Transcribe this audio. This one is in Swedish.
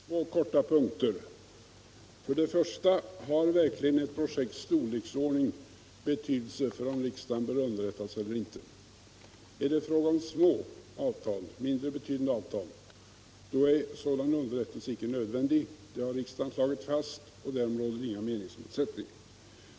Herr talman! Två korta punkter. För det första: Har verkligen inte ett projekts storleksordning betydelse för om riksdagen bör underrättas eller inte? Är det fråga om små och mindre betydande avtal är sådan underrättelse icke nödvändig. Det har riksdagen slagit fast, och därom råder inga meningsmotsättningar.